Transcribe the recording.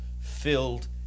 filled